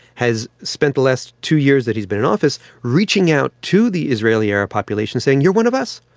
has spent the last two years that he has been in office reaching out to the israeli arab population, saying you are one of us.